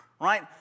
Right